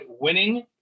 winning